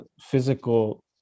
physical